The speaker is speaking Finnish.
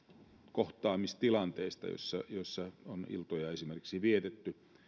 kohtaamistilanteista joissa on iltoja esimerkiksi vietetty